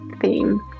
theme